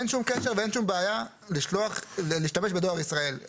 אין שום קשר ואין שום בעיה להשתמש בדואר ישראל.